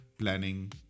planning